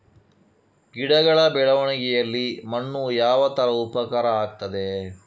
ಗಿಡಗಳ ಬೆಳವಣಿಗೆಯಲ್ಲಿ ಮಣ್ಣು ಯಾವ ತರ ಉಪಕಾರ ಆಗ್ತದೆ?